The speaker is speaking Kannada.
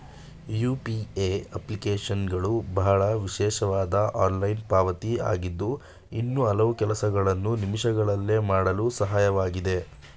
ಯು.ಪಿ.ಎ ಅಪ್ಲಿಕೇಶನ್ಗಳು ಬಹಳ ವಿಶೇಷವಾದ ಆನ್ಲೈನ್ ಪಾವತಿ ಆಗಿದ್ದು ಇನ್ನೂ ಹಲವು ಕೆಲಸಗಳನ್ನು ನಿಮಿಷಗಳಲ್ಲಿ ಮಾಡಲು ಸಹಾಯಕವಾಗಿದೆ